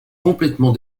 complètement